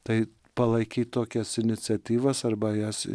tai palaikyti tokias iniciatyvas arba jas